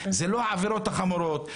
זה לא העבירות החמורות,